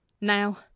Now